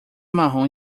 marrom